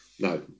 No